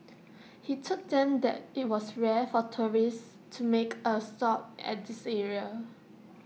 he told them that IT was rare for tourists to make A stop at this area